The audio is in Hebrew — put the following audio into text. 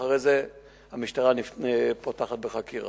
ואחרי זה המשטרה פותחת בחקירה.